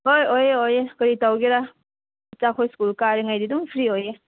ꯍꯣꯏ ꯑꯣꯏꯌꯦ ꯑꯣꯏꯌꯦ ꯀꯔꯤ ꯇꯧꯒꯦꯔꯥ ꯏꯆꯥꯈꯣꯏ ꯁ꯭ꯀꯨꯜ ꯀꯥꯔꯤꯉꯩꯗꯤ ꯑꯗꯨꯝ ꯐ꯭ꯔꯤ ꯑꯣꯏꯌꯦ